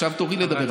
עכשיו תורי לדבר.